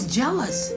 jealous